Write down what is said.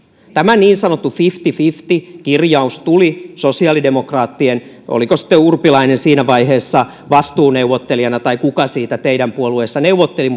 tämä niin sanottu fifty fifty kirjaus tuli sosiaalidemokraattien toimesta oliko sitten urpilainen siinä vaiheessa vastuuneuvottelijana vai kuka siitä teidän puolueessanne neuvotteli